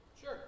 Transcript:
Sure